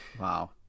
Wow